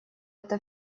это